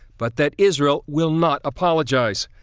but that israel will not apologize.